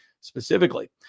specifically